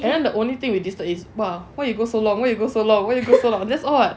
the only thing we disturb is what ah why you go so long why you go so long that's all what